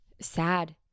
sad